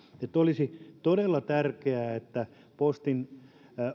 olisi todella tärkeää että postin